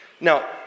Now